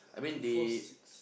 two four six